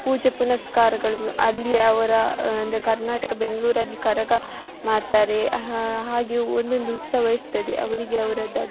ಪೂಜೆ ಪುನಸ್ಕಾರಗಳನ್ನು ಅಲ್ಲಿ ಅವರ ಅಂದರೆ ಕರ್ನಾಟಕ ಬೆಂಗಳೂರಲ್ಲಿ ಕರಗ ಮಾಡ್ತಾರೆ ಹಾಗೆ ಒಂದೊಂದು ಉತ್ಸವ ಇರ್ತದೆ ಅವರಿಗೆ ಅವರದ್ದಾದ